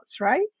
right